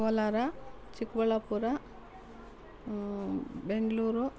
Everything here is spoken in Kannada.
ಕೋಲಾರ ಚಿಕ್ಕಬಳ್ಳಾಪುರ ಬೆಂಗಳೂರು